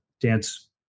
dance